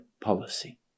policy